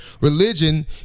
religion